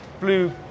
Blue